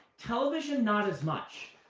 television not as much.